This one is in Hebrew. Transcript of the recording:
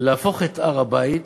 להפוך את הר-הבית